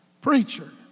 Preacher